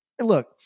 Look